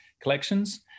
collections